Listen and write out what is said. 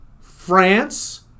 France